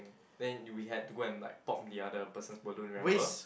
then we had to go and like pop the other person's balloon remember